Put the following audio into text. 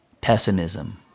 pessimism